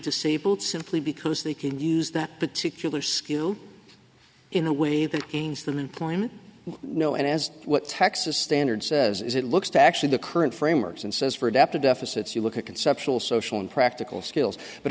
disabled simply because they can use that particular skill in a way that means that employment no and as what texas standard says it looks to actually the current frameworks and says for adaptive deficits you look at conceptual social and practical skills but